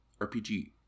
RPG